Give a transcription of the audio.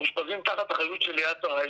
מאושפזים תחת אחריות של "יד שרה",